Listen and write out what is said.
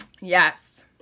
Yes